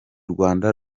rwanda